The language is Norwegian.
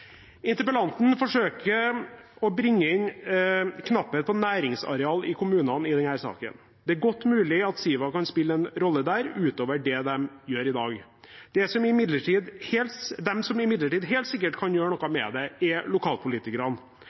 Interpellanten forsøker å bringe inn knapphet på næringsareal i kommunene i denne saken. Det er godt mulig Siva kan spille en rolle der utover det de gjør i dag. De som imidlertid helt sikkert kan gjøre noe med det, er lokalpolitikerne,